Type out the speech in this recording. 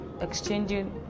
Exchanging